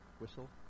whistle